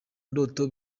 ndoto